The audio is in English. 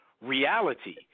reality